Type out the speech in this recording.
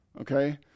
Okay